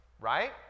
right